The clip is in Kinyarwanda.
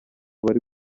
bari